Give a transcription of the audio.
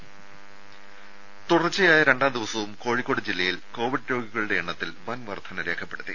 രുമ തുടർച്ചയായ രണ്ടാം ദിവസവും കോഴിക്കോട് ജില്ലയിൽ കോവിഡ് രോഗികളുടെ എണ്ണത്തിൽ വൻ വർധന രേഖപ്പെടുത്തി